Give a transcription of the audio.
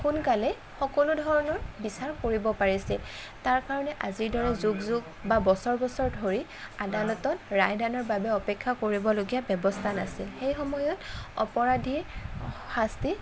সোনকালে সকলো ধৰণৰ বিচাৰ কৰিব পাৰিছিল তাৰকাৰণে আজিৰ দৰে যুগ যুগ বা বছৰ বছৰ ধৰি আদালতত ৰায়দানৰ বাবে অপেক্ষা কৰিবলগীয়া ব্যৱস্থা নাছিল সেই সময়ত অপৰাধীৰ শাস্তি